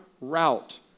route